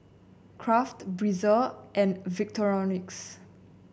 Kraft Breezer and Victorinox